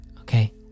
Okay